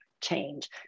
change